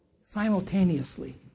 simultaneously